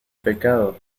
pecado